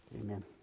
Amen